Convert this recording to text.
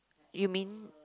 you mean